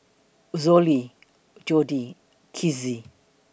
Zollie Jordy Kizzy